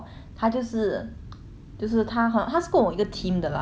就是他很他是跟我一个 team 的 lah but 我们在不一样 company 做工